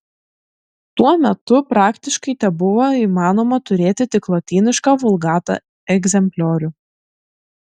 tuo metu praktiškai tebuvo įmanoma turėti tik lotynišką vulgata egzempliorių